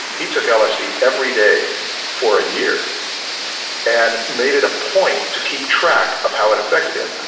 he took lsd every day for a year and made it a point to keep track of how it affected him.